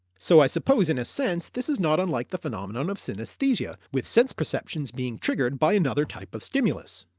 so i suppose in a sense this is not unlike the phenomenon of synesthesia, with sense perceptions being triggered by another type of stimulus.